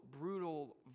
brutal